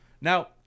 now